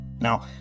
Now